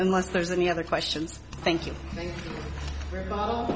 unless there's any other questions thank you